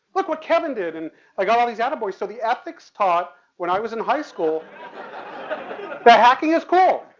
look what kevin did. and like all all these atta boys so the ethics taught when i was in high school hacking is cool.